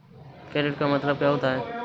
Credit का मतलब क्या होता है?